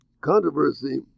controversy